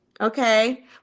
okay